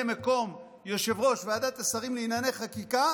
מקום יושב-ראש ועדת שרים לענייני חקיקה